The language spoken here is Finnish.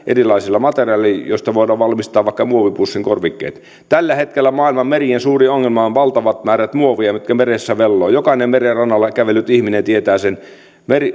erilaisilla materiaaleilla joista voidaan valmistaa vaikka muovipussin korvikkeet tällä hetkellä maailman merien suurin ongelma on valtavat määrät muovia mitkä meressä vellovat jokainen merenrannalla kävellyt ihminen tietää sen